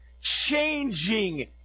changing